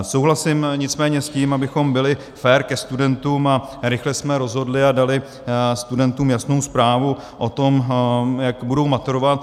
Souhlasím nicméně s tím, abychom byli fér ke studentům a rychle jsme rozhodli a dali studentům jasnou zprávu o tom, jak budou maturovat.